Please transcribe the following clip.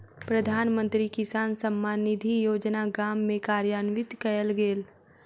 प्रधानमंत्री किसान सम्मान निधि योजना गाम में कार्यान्वित कयल गेल